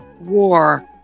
war